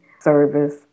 service